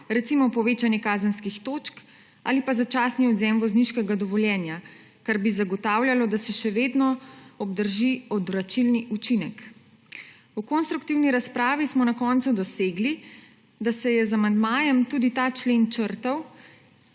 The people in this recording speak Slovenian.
recimo povečanje kazenskih točk ali pa začasni odvzem vozniškega dovoljenja, kar bi zagotavljalo, da se še vedno obdrži odvračilni učinek. V konstruktivni razpravi smo na koncu dosegli, da se je z amandmajem tudi ta člen črtal